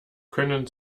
können